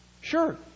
Sure